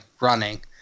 running